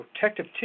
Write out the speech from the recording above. protective